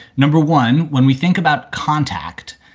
number one, when we think about contact,